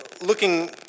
Looking